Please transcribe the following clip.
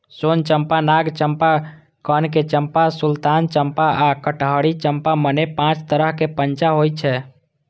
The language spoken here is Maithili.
सोन चंपा, नाग चंपा, कनक चंपा, सुल्तान चंपा आ कटहरी चंपा, मने पांच तरहक चंपा होइ छै